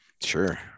sure